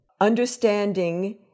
understanding